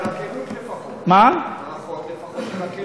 חבר הכנסת גפני, ברכות לפחות על הכנות.